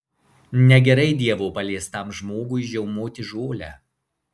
negerai dievo paliestam žmogui žiaumoti žolę